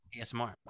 ASMR